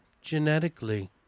genetically